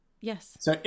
Yes